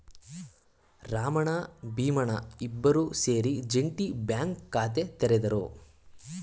ರಾಮಣ್ಣ ಭೀಮಣ್ಣ ಇಬ್ಬರೂ ಸೇರಿ ಜೆಂಟಿ ಬ್ಯಾಂಕ್ ಖಾತೆ ತೆರೆದರು